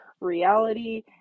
reality